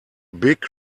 big